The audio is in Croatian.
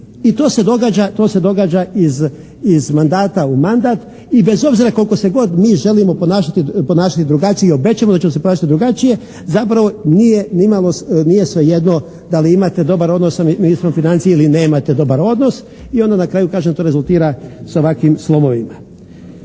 I to se događa iz mandata u mandat i bez obzira koliko se god mi želimo ponašati drugačije i obećamo da ćemo se ponašati drugačije zapravo nije nimalo, nije svejedno da li imate dobar odnos sa ministrom financija ili nemate dobar odnos. I onda na kraju kažem to rezultira s ovakvim slomovima.